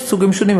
יש סוגים שונים,